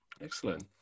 Excellent